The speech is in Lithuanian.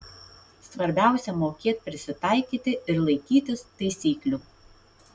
svarbiausia mokėt prisitaikyti ir laikytis taisyklių